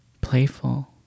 playful